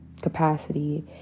Capacity